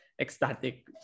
ecstatic